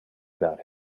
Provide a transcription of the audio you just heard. about